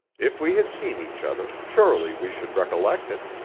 if we had seen each other, surely we should recollect it.